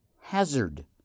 hazard